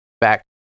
back